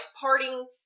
parting